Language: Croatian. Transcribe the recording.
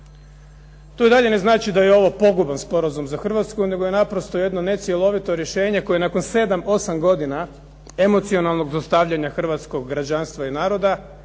To i dalje ne znači da je ovo poguban sporazum za Hrvatsku nego je naprosto jedno necjelovito rješenje koje nakon 7, 8 godina emocionalnog zlostavljanja hrvatskog građanstva i naroda